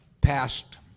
passed